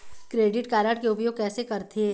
Credit card के उपयोग कैसे करथे?